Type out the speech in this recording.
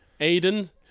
Aiden